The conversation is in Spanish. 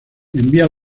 envía